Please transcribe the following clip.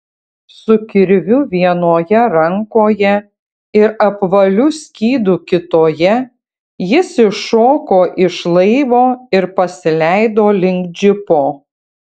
su kirviu vienoje rankoje ir apvaliu skydu kitoje jis iššoko iš laivo ir pasileido link džipo